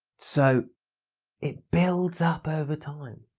so it builds up over time,